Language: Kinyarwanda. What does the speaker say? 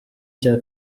cya